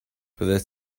fyddet